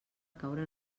caure